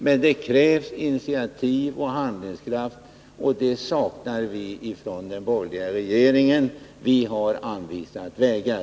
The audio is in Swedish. Men det krävs initiativ och handlingskraft, och det saknar vi från den borgerliga regeringen. Vi har i alla fall anvisat vägar.